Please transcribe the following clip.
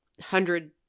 hundred